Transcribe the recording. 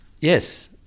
Yes